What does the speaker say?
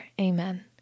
Amen